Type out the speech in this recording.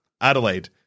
Adelaide